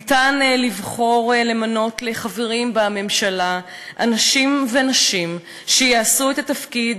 ניתן למנות לחברים בממשלה אנשים ונשים שיעשו את התפקיד